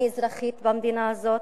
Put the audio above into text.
אני אזרחית במדינה הזאת,